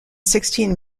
sixteen